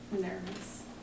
nervous